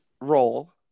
role